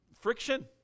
Friction